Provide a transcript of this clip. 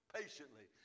patiently